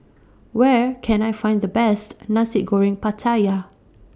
Where Can I Find The Best Nasi Goreng Pattaya